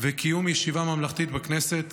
ובקיום ישיבה ממלכתית בכנסת.